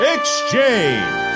Exchange